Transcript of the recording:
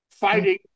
fighting